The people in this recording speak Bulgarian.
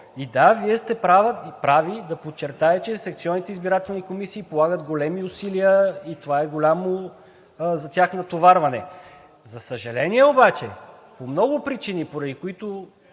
И да, Вие сте прави да подчертаете, че секционните избирателни комисии полагат големи усилия и това за тях е голямо натоварване. За съжаление обаче, по много причини, на които